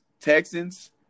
Texans